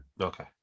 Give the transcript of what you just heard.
Okay